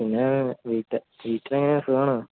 പിന്നെ വീട്ടില്ലെങ്ങനെ സുഖമാണോ